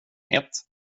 ett